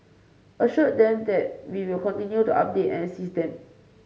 assured them that we will continue to update and assist them